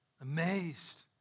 amazed